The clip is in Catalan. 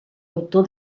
autor